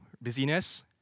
busyness